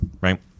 right